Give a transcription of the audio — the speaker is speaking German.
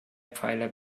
pfeiler